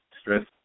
Stress